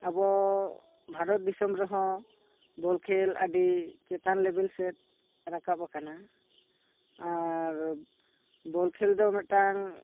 ᱟᱵᱚ ᱵᱷᱟᱨᱚᱛ ᱫᱤᱥᱚᱢ ᱨᱮ ᱦᱚᱸ ᱵᱚᱞ ᱠᱷᱮᱞ ᱟᱹᱰᱤ ᱪᱮᱛᱟᱱ ᱞᱮᱵᱮᱞ ᱥᱮᱫ ᱨᱟᱠᱟᱱ ᱟᱠᱟᱱᱟ ᱟᱨ ᱵᱚᱞ ᱠᱷᱮᱞ ᱫᱚ ᱢᱤᱫ ᱴᱟᱝ